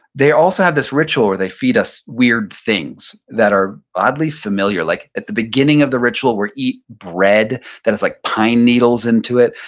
they also have this ritual where they feed us weird things that are oddly familiar like at the beginning of the ritual we eat bread that has like pine needles into it,